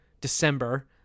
December